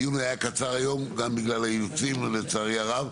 הדיון היה קצר היום, גם בגלל האילוצים, לצערי הרב.